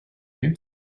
you